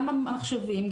גם המחשבים,